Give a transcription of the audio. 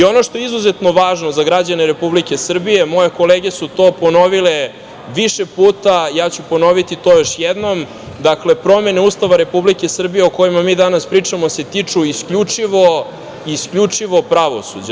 Ono što je izuzetno važno za građane Republike Srbije, moje kolege su to ponovile više puta, ja ću ponoviti to još jednom, dakle, promene Ustava Republike Srbije, o kojima mi danas pričamo, se tiču isključivo pravosuđa.